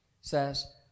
says